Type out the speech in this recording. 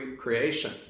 creation